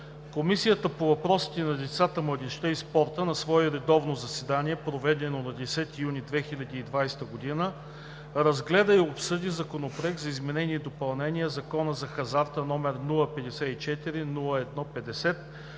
Комисията по въпросите на децата, младежта и спорта на свое редовно заседание, проведено на 10 юни 2020 г., разгледа и обсъди Законопроект за изменение и допълнение на Закона за хазарта, № 054-01-50,